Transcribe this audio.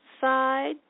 side